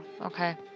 Okay